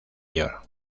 york